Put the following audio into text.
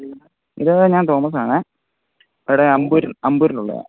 ഇത് ഞാൻ തോമസാണെ വേറെ അമ്പൂര് അമ്പൂരിലുള്ളയ